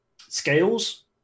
scales